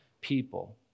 people